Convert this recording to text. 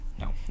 no